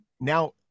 Now